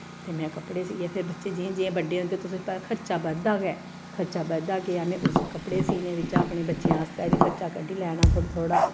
ते में कपड़े सीयै फिर बच्चे जि'यां जि'यां बड्डे होंदे तुसें ई पता ऐ खर्चा बधदा गै खर्चा बधदा गेआ में उस कपड़े सीह्ने बिचा अपने बच्चें आस्तै बी खर्चा कड्ढी लैना थोह्ड़ा थोह्ड़ा